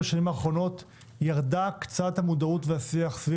בשנים האחרונות ירדו קצת המודעות והשיח סביב